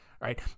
right